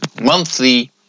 monthly